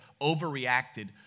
overreacted